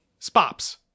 Spops